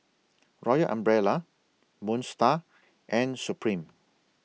Royal Umbrella Moon STAR and Supreme